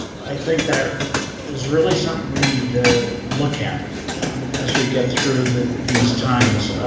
i think that is really something we need to look at as we get through the these times.